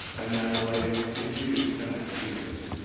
i'm now delighted to introduce tonight's speakers.